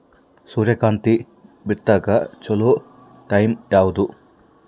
ಸೂರ್ಯಕಾಂತಿ ಬಿತ್ತಕ ಚೋಲೊ ಟೈಂ ಯಾವುದು?